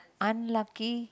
unlucky